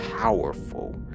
powerful